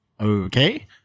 Okay